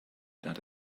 that